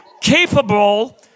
capable